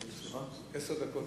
אדוני